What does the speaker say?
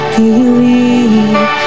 believe